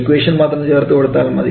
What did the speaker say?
equation മാത്രം ചേർത്ത് കൊടുത്താൽ മതി